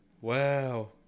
Wow